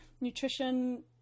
nutrition